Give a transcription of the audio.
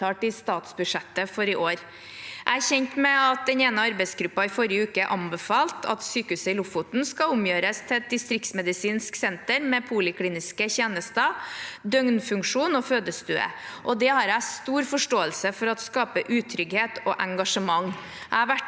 i statsbudsjettet for i år. Jeg er kjent med at den ene arbeidsgruppen i forrige uke anbefalte at sykehuset i Lofoten skal omgjøres til et distriktsmedisinsk senter med polikliniske tjenester, døgnfunksjon og fødestue, og det har jeg stor forståelse for at skaper utrygghet og engasjement.